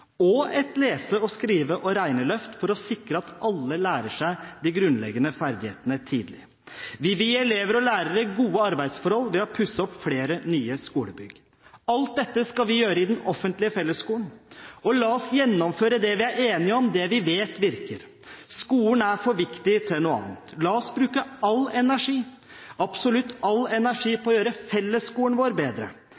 ha et lese-, skrive- og regneløft for å sikre at alle lærer seg de grunnleggende ferdighetene tidlig. Vi vil gi elever og lærere gode arbeidsforhold ved å pusse opp flere skolebygg. Alt dette skal vi gjøre i den offentlige fellesskolen. La oss gjennomføre det vi er enige om – det vi vet virker. Skolen er for viktig til noe annet. La oss bruke all energi, absolutt all energi,